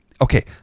Okay